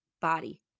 body